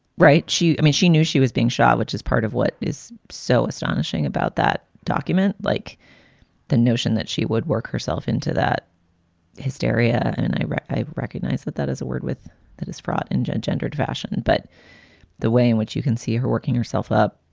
right. she i mean, she knew she was being shot, which is part of what is so astonishing about that document, like the notion that she would work herself into that hysteria. and and right. i recognize that that is a word with that is fraught in gendered fashion. but the way in which you can see her working herself up,